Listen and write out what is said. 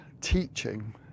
teaching